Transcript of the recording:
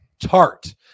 tart